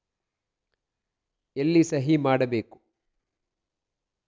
ಎಲ್ಲಿ ಸಹಿ ಮಾಡಬೇಕು?